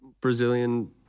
Brazilian